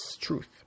truth